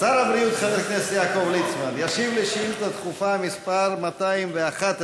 שר הבריאות חבר הכנסת יעקב ליצמן ישיב על שאילתה דחופה מס' 211